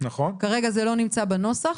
כרגע זה לא נמצא בנוסח.